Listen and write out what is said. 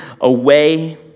away